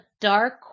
dark